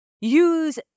use